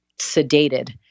sedated